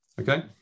Okay